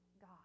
God